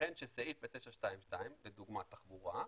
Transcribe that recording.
ייתכן שסעיף ב-922, לדוגמה תחבורה,